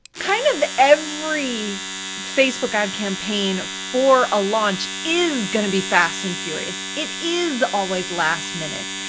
kind of every facebook ad campaign for a launch is gonna be fast and furious, it is always last-minute.